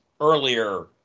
earlier